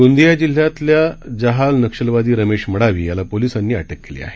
गोंदिया जिल्ह्यातला जहाल नक्षलवादी रमेश मडावी याला पोलिसांनी अटक केली आहे